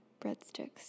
breadsticks